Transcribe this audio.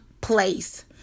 place